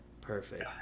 Perfect